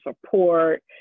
support